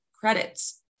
credits